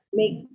make